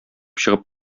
чыгып